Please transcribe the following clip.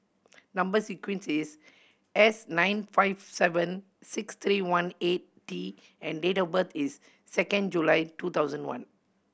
number sequence is S nine five seven six three one eight T and date of birth is second July two thousand one